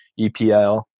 epl